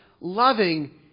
Loving